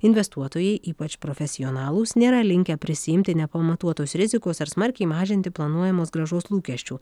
investuotojai ypač profesionalūs nėra linkę prisiimti nepamatuotos rizikos ar smarkiai mažinti planuojamos grąžos lūkesčių